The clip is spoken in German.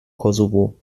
kosovo